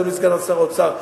אדוני סגן שר האוצר,